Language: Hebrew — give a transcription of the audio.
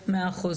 כן, מאה אחוז.